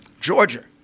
Georgia